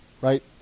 right